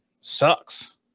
sucks